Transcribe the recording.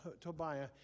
Tobiah